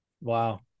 Wow